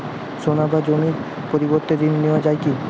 সোনা বা জমির পরিবর্তে ঋণ নেওয়া যায় কী?